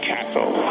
Castle